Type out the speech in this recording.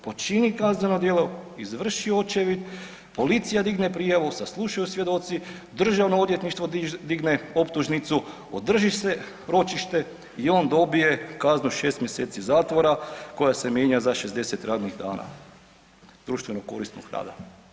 Počinio kazneno djelo, izvršio očevid, policija digne prijavu, saslušaju svjedoci, Državno odvjetništvo digne optužnicu, održi se ročište i on dobije kaznu 6 mjeseci zatvora koja se mijenja za 60 radnih dana društveno korisnog rada.